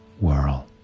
world